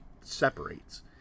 separates